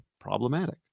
problematic